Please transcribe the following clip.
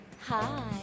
Hi